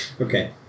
Okay